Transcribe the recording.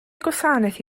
gwasanaeth